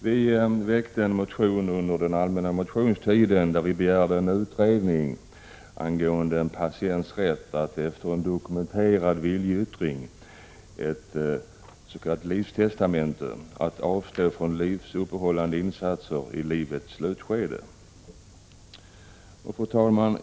Under den allmänna motionstiden väckte vi en motion i vilken vi begärde en utredning angående en patients rätt att med dokumenterad viljeyttring, etts.k. livstestamente, avstå från livsuppehållande insatser i livets slutskede. Fru talman!